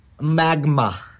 magma